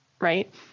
right